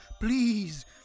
please